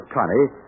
Connie